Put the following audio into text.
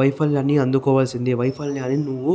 వైఫల్యాన్ని అందుకోవాల్సిందే వైఫల్యాన్ని నువ్వు